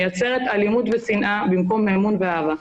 מייצרת אלימות ושנאה במקום אמון ואהבה,